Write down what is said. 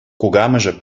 кукамӑшӗ